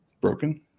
broken